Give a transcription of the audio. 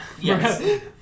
Yes